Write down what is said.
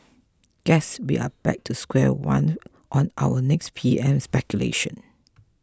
guess we are back to square one on our next P M speculation